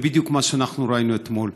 זה בדיוק מה שאנחנו ראינו אתמול.